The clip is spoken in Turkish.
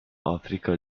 afrika